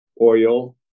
oil